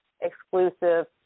exclusive